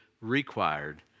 required